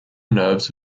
nerves